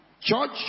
Church